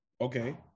okay